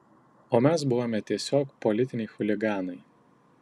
o mes buvome tiesiog politiniai chuliganai